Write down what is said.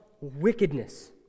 wickedness